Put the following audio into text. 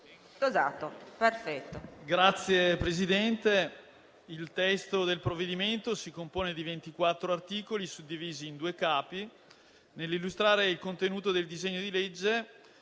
dalla Camera. Il testo del provvedimento si compone di 24 articoli, suddivisi in due Capi. Nell'illustrare il contenuto del disegno di legge,